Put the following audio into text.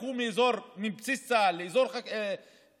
הפכו מבסיס צה"ל לאזור תעשייתי,